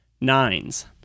Nines